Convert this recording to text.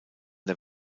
der